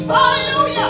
Hallelujah